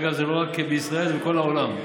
אגב, זה לא רק בישראל, זה בכל העולם.